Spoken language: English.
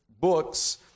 books